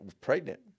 pregnant